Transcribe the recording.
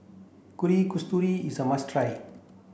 Kuih Kasturi is a must try